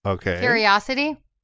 Curiosity